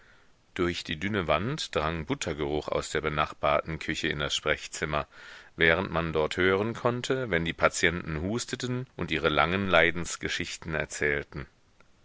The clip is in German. durch die dünne wand drang buttergeruch aus der benachbarten küche in das sprechzimmer während man dort hören konnte wenn die patienten husteten und ihre langen leidensgeschichten erzählten